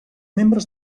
membres